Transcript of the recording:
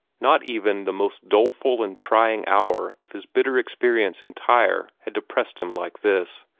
not even the most doleful and trying hour of his bitter experience in tyre had depressed him like this.